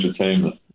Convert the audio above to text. entertainment